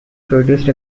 produced